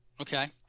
Okay